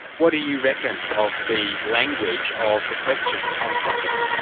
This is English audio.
what do you reckon of the language of the question on slapping?